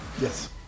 Yes